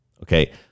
Okay